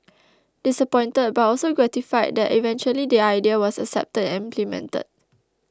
disappointed but also gratified that eventually the idea was accepted and implemented